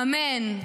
אמן.